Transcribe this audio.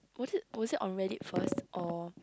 was it was it on Reddit first or